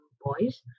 boys